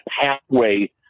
pathway